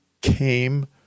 came